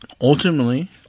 Ultimately